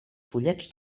fullets